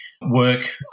work